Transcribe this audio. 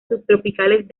subtropicales